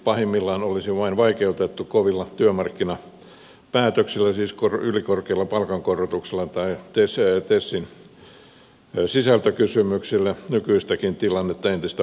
pahimmillaan olisi vain saatu kovilla työmarkkinapäätöksillä siis ylikorkeilla palkankorotuksilla tai tesin sisältökysymyksillä nykyistäkin tilannetta entistä vaikeammaksi